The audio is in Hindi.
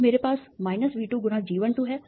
तो मेरे पास V2 × G12 है